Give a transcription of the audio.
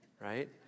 Right